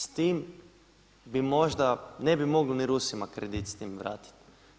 S time bi možda, ne bi mogli ni Rusima kredit s time vratiti.